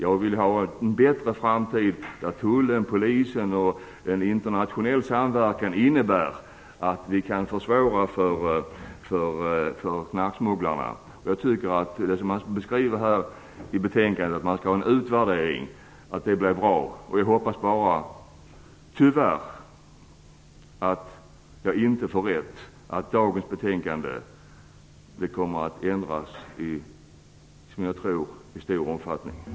Jag vill ha en bättre framtid, där tullen och polisen i en internationell samverkan kan försvåra för knarksmugglarna. Jag tycker att det är bra att man skall ha en utvärdering, som man skriver i betänkandet. Jag hoppas att jag inte får rätt i mina farhågor att dagens beslut kommer att innebära stora ändringar.